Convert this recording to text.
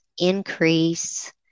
increase